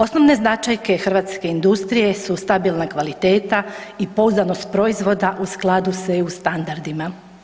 Osnovne značajke hrvatske industrije su stabilna kvaliteta i pouzdanost proizvoda u skladu sa EU standardima.